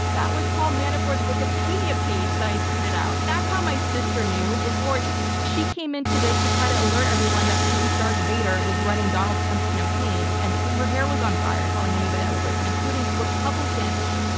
that was paul manafort's wikipedia page that i tweeted out. that's how my sister knew. yeah she came into this to try to alert everyone that putin's darth vader was running donald trump's campaign. and and her hair was on fire telling anybody that would listen, including republicans.